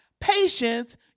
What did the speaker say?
patience